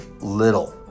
little